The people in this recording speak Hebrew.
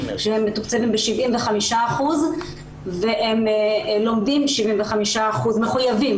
שהם מתוקצבים ב-75% והם לומדים 75%. הם מחויבים,